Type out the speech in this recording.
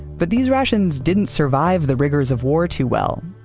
but these rations didn't survive the rigors of war too well,